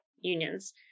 unions